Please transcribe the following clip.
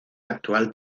actual